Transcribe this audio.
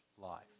life